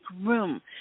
room